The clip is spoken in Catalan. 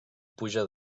puja